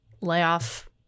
layoff